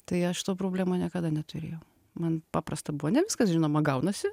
tai aš tų problemų niekada neturėjau man paprasta buvo ne viskas žinoma gaunasi